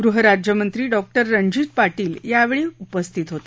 गृहराज्यमंत्री डॉ रणजित पाटील यावेळी उपस्थित होते